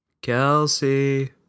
Kelsey